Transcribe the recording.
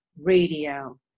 Radio